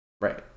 right